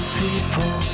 people